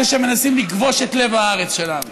אלה שמנסים לכבוש את לב הארץ שלנו.